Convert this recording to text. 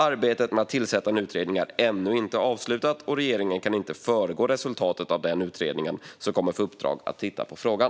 Arbetet med att tillsätta en utredning är ännu inte avslutat, och regeringen kan inte föregå resultatet av den utredning som kommer att få i uppdrag att titta på frågan.